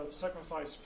sacrifice